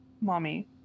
Mommy